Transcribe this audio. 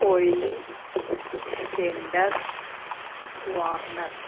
ائلی Sander Warner